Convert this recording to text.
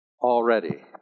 already